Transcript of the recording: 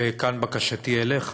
וכאן בקשתי אליך,